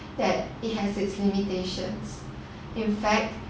that it has its limitations in fact